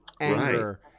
anger